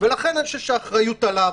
ולכן אני חושב שהאחריות עליו